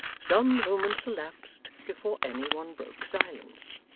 some moments elapsed before any one broke silence.